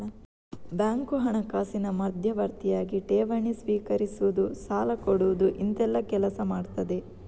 bank ಹಣಕಾಸಿನ ಮಧ್ಯವರ್ತಿಯಾಗಿ ಠೇವಣಿ ಸ್ವೀಕರಿಸುದು, ಸಾಲ ಕೊಡುದು ಇಂತೆಲ್ಲ ಕೆಲಸ ಮಾಡ್ತದೆ